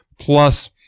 Plus